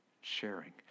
sharing